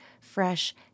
fresh